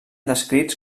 descrits